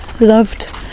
loved